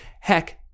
Heck